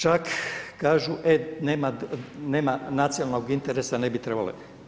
Čak kažu nema nacionalnog interesa, ne bi trebale.